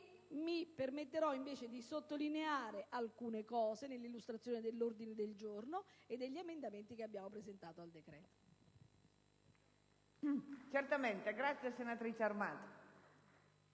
mi permetterò di sottolineare alcuni ulteriori aspetti nell'illustrazione dell'ordine del giorno e degli emendamenti che abbiamo presentato al decreto.